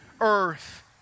earth